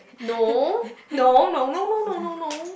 no no no no no no no